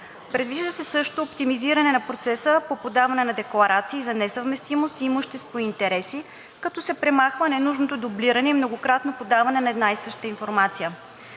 Предвижда се също оптимизиране на процеса на подаване на декларации за несъвместимост и имущество и интереси, като се премахва ненужното дублиране и многократно подаване на една и съща информация.